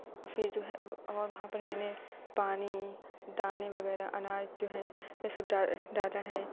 پھر جو ہے اور وہاں پر میں نے پانی دانے وغیرہ اناج جو ہے یہ سب ڈا ڈالا ہے